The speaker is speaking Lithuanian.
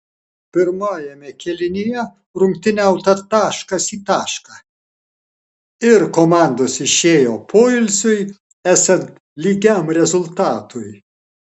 pirmajame kėlinyje rungtyniauta taškas į tašką ir komandos išėjo poilsiui esant lygiam rezultatui